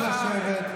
אף אחד לא נפצע.